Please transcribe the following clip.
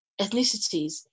ethnicities